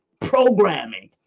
Programming